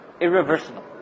irreversible